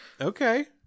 okay